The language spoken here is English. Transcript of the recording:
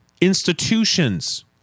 institutions